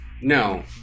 No